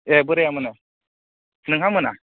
ए बोराया मोनो नोंहा मोना